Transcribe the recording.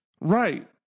Right